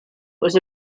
was